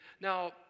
Now